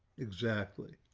exactly.